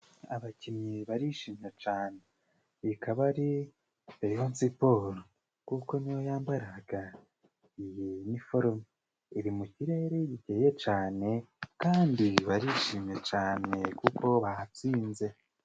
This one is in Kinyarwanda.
Abakinnyi barishimye cane iyi ikaba ari reyonsiporo kuko niyo yambaraga iyi niforome, iri mu kirere giceye cane kandi barishimye cane kuko batsinze.